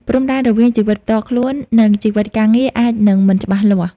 ព្រំដែនរវាងជីវិតផ្ទាល់ខ្លួន និងជីវិតការងារអាចនឹងមិនច្បាស់លាស់។